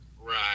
right